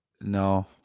No